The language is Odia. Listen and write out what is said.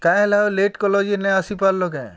କାଏଁ ହେଲା ହୋ ଲେଟ୍ କଲଯେ ନାଇଁ ଆସିପାର୍ଲ କେଁ